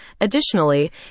Additionally